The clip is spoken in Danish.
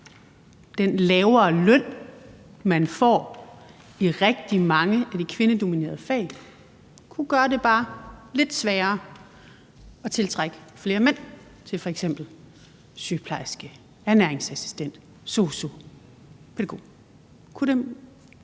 den lavere løn, man får i rigtig mange af de kvindedominerede fag, kunne gøre det bare lidt sværere at tiltrække flere mænd til et job som f.eks. sygeplejerske, ernæringsassistent,